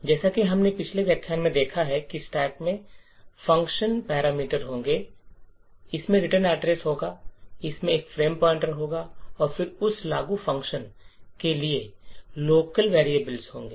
जैसा कि हमने पिछले व्याख्यान में देखा है स्टैक में फ़ंक्शन पैरामीटर होंगे इसमें रिटर्न एड्रेस होगा इसमें एक फ्रेम पॉइंटर होगा और फिर उस लागू फ़ंक्शन के लिए लोकल वेरिएबल्स होंगे